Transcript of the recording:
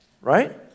Right